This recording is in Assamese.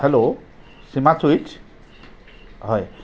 হেলৌ চিমা চুইটচ হয়